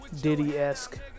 Diddy-esque